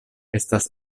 estas